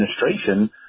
administration